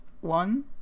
one